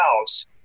house